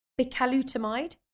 bicalutamide